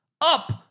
up